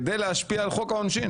כדי להשפיע על חוק העונשין.